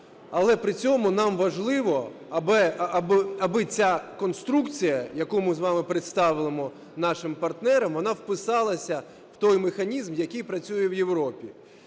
Але при цьому нам важливо, аби ця конструкція, яку ми з вами представимо нашим партнерам, вона вписалася в той механізм, який працює в Європі.